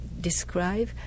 describe